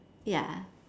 ya